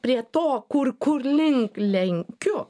prie to kur kur link lenkiu